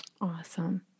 Awesome